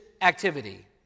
activity